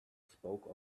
spoke